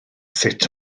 sut